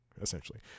essentially